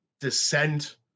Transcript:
descent